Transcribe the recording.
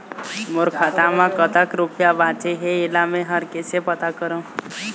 मोर खाता म कतक रुपया बांचे हे, इला मैं हर कैसे पता करों?